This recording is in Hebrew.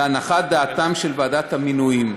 להנחת דעתם של ועדת המינויים,